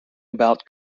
about